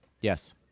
Yes